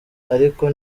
ariko